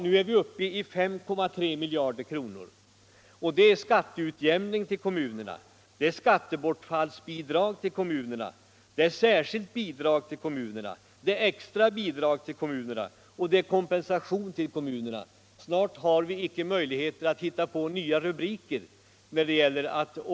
Nu är vi uppe i 5,3 miljarder kronor; det är skatteutjämning till kommunerna, det är skattebortfallsbidrag till kommunerna, det är särskilt bidrag till kommunerna, det är extra bidrag till kommunerna och det är kompensation till kommunerna. Snart har vi icke möjlighet att hitta nya rubriker!